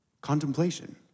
contemplation